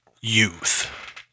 Youth